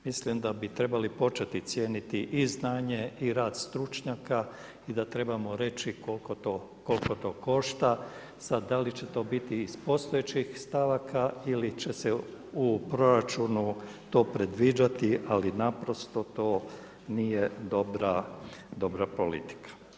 Mislim da bi trebali početi cijeniti i znanje i rad stručnjaka i da trebamo reći koliko to košta, sad da li će to biti iz postojećih stavaka ili će se u proračunu to predviđati, ali naprosto to nije dobra politika.